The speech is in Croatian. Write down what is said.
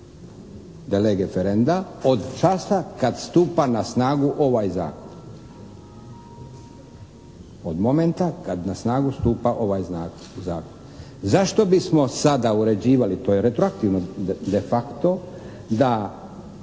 je lege ferenda, od časa kad stupa na snagu ovaj Zakon, od momenta kad na snagu stupa ovaj Zakon. Zašto bismo sada uređivali? To je retroaktivno, de facto, da,